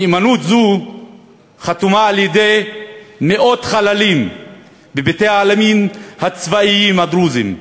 נאמנות זו חתומה על-ידי מאות חללים בבתי-העלמין הצבאיים הדרוזיים,